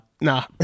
Nah